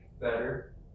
better